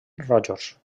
rojos